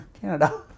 Canada